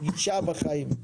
גישה בחיים.